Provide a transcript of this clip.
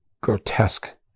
grotesque